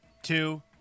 Two